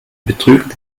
betrüger